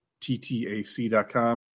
ttac.com